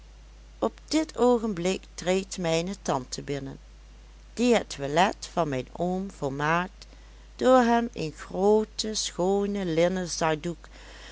op dit oogenblik treedt mijne tante binnen die het toilet van mijn oom volmaakt door hem een grooten schoonen linnen zakdoek